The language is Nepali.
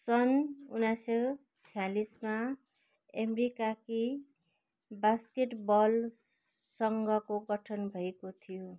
सन् उन्नाइस सौ छयालिसमा अमेरिकी बास्केटबल सङ्घको गठन भएको थियो